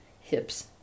hips